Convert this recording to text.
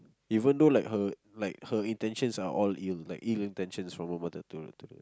even though like her like her intentions are all ill like ill intentions from